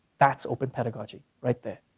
that's open pedagogy right there.